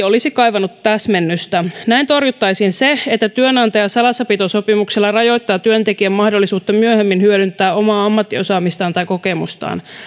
olisi kaivannut täsmennystä näin torjuttaisiin se että työnantaja salassapitosopimuksella rajoittaa työntekijän mahdollisuutta myöhemmin hyödyntää omaa ammattiosaamistaan tai kokemustaan